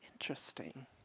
Interesting